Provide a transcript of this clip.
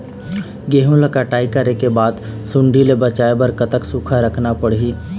गेहूं ला कटाई करे बाद सुण्डी ले बचाए बर कतक सूखा रखना पड़ही?